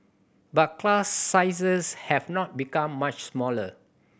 but class sizes have not become much smaller